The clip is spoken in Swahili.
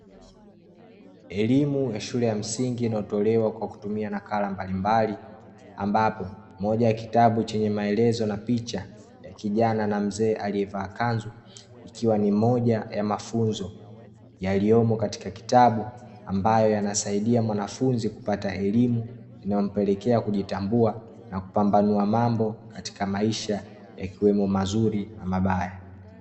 Elimu ya shule ya msingi inayotolewa kwa kutumia nakala mbalimbali, ambapo moja ya kitabu chenye maelezo na picha ya kijana na mzee aliyevaa kanzu, ikiwa ni moja ya mafunzo yaliyomo katika kitabu ambayo yanasaidia mwanafunzi kupata elimu, inayompelekea kujitambua na kupambanua mambo katika maisha yakiwemo mazuri na mabaya.